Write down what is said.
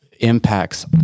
impacts